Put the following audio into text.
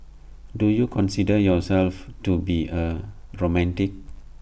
do you consider yourself to be A romantic